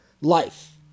life